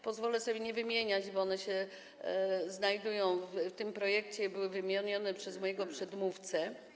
Pozwolę sobie ich nie wymieniać, bo one znajdują się w tym projekcie i były wymienione przez mojego przedmówcę.